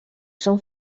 són